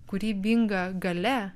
kūrybinga galia